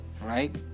right